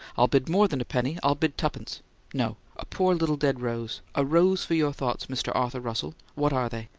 i'll bid more than a penny i'll bid tuppence no, a poor little dead rose a rose for your thoughts, mr. arthur russell! what are they?